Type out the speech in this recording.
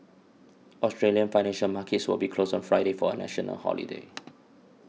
Australian financial markets will be closed on Friday for a national holiday